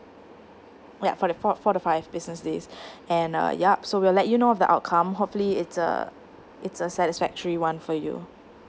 yup for the four four to five business days and uh yup so we'll let you know of the outcome hopefully it's a it's a satisfactory one for you